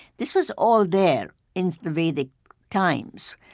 this was all there in the vedic times,